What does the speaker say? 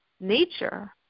nature